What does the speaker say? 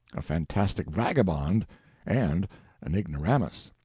a fantastic vagabond and an ignoramus.